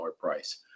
price